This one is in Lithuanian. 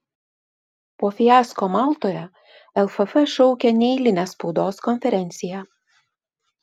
po fiasko maltoje lff šaukia neeilinę spaudos konferenciją